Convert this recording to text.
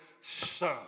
son